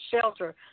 shelter